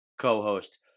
co-host